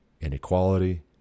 inequality